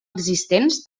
existents